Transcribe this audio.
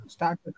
Start